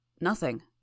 Nothing